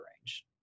range